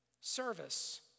service